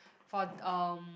for um